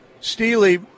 Steely